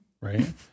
right